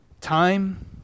time